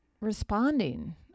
responding